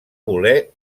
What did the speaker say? voler